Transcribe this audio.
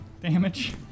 damage